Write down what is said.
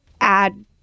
add